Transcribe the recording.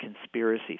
conspiracy